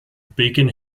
beacon